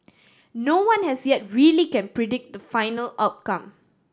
no one as yet really can predict the final outcome